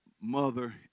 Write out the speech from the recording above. mother